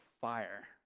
fire